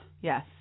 Yes